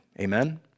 Amen